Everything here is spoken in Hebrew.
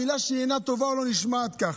מילה שהיא אינה טובה או לא נשמעת כך.